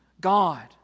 God